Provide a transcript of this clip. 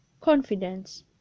confidence